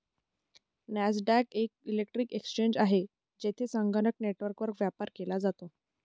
Nasdaq एक electronic exchange आहे, जेथे संगणक नेटवर्कवर व्यापार केला जातो